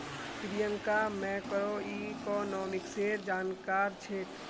प्रियंका मैक्रोइकॉनॉमिक्सेर जानकार छेक्